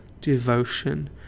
devotion